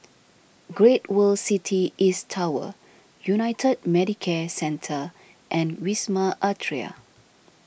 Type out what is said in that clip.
Great World City East Tower United Medicare Centre and Wisma Atria